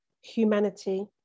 humanity